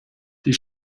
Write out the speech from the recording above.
die